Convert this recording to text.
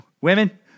women